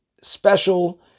special